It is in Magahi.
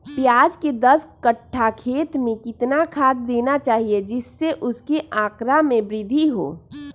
प्याज के दस कठ्ठा खेत में कितना खाद देना चाहिए जिससे उसके आंकड़ा में वृद्धि हो?